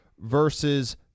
versus